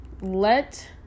let